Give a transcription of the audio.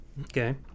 Okay